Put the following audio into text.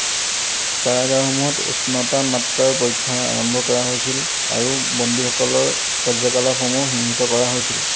কাৰাগাৰসমূহত উষ্ণতা মাত্ৰাৰ পৰীক্ষা আৰম্ভ কৰা হৈছিল আৰু বন্দীসকলৰ কাৰ্য্যকলাপসমূহ সীমিত কৰা হৈছিল